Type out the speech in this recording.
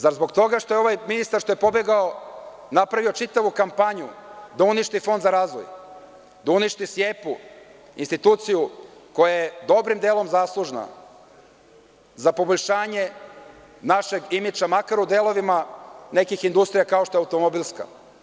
Zar zbog toga što je ovaj ministar što je pobegao napravio čitavu kampanju da uništi Fond za razvoj, da uništi SIEPA-u, instituciju koja je dobrim delom zaslužna za poboljšanje našeg imidža, makar u delovima nekih industrija kao što je automobilska?